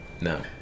No